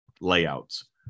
layouts